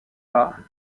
pas